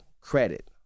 credit